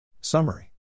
Summary